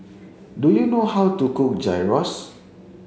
do you know how to cook Gyros